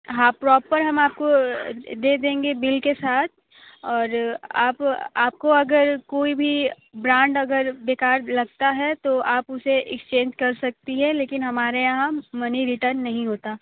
हाँ प्रॉपर हम आपको दे देंगे बिल के साथ और आप आपको अगर कोई भी ब्रांड अगर बेकार लगता है तो आप उसे एक्सचेंज कर सकती हैं लेकिन हमारे यहाँ मनी रिटर्न नहीं होता